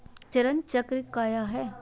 चरण चक्र काया है?